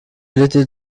little